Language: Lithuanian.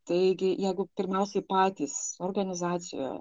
taigi jeigu pirmiausiai patys organizacijoje